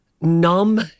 numb